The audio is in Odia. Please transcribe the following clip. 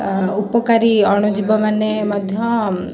ଉପକାରୀ ଅଣୁଜୀବ ମାନେ ମଧ୍ୟ